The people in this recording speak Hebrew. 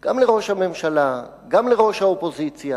גם לראש הממשלה, גם לראש האופוזיציה,